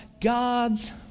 God's